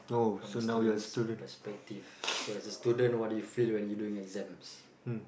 from the student's perspective so as a student what do you feel when you doing exams